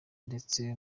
ndetse